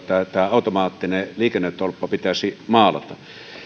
automaattinen liikennetolppa pitäisi maalata